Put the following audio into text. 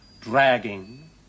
dragging